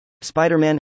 Spider-Man